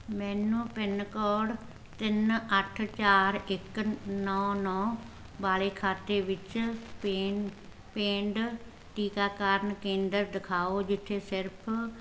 ਮੈਨੂੰ pin code ਤਿੰਨ ਅੱਠ ਚਾਰ ਇੱਕ ਨੌਂ ਨੌਂ ਵਾਲੇ ਖਾਤੇ ਵਿੱਚ ਪੇ ਪੇਂਡ ਟੀਕਾਕਰਨ ਕੇਂਦਰ ਦਿਖਾਓ ਜਿੱਥੇ ਸਿਰਫ਼